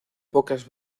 pocas